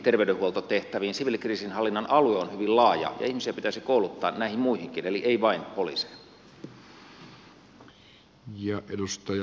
siviilikriisinhallinnan alue on hyvin laaja ja ihmisiä pitäisi kouluttaa näihin muihinkin eli ei vain poliiseja